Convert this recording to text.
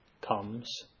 comes